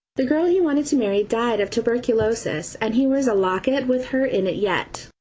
the girl he wanted to marry died of turberculosis, and he wears a locket with her in it yet.